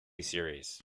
series